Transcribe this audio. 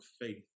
faith